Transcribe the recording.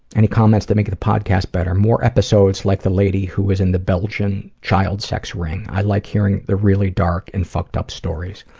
any comments that make the podcast better? more episodes like the lady who was in the belgian child sex ring. i like hearing the really dark and fucked up stories.